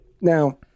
Now